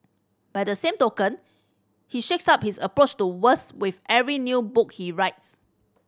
by the same token he shakes up his approach to words with every new book he writes